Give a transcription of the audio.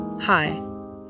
Hi